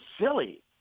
silly